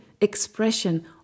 expression